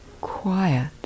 quiet